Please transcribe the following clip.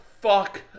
fuck